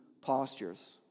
postures